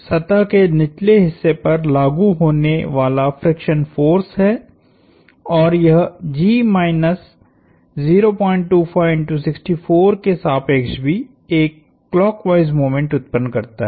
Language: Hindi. सतह के निचले हिस्से पर लागु होने वाला फ्रिक्शन फोर्स है और यह G माइनस 025 x 64 के सापेक्ष भी एक क्लॉकवाइस मोमेंट उत्पन्न करता है